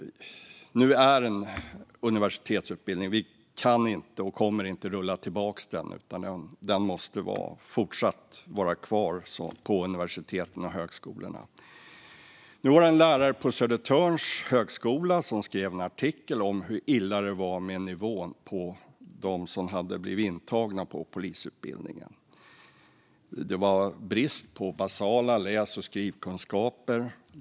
Nu är den en universitetsutbildning. Vi kan inte och kommer inte att rulla tillbaka den, utan den måste fortsatt vara kvar på universiteten och högskolorna. Det var en lärare på Södertörns högskola som skrev en artikel om hur illa det var med nivån på dem som hade blivit antagna på polisutbildningen. Det var brist på basala läs och skrivkunskaper.